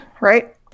right